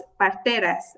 parteras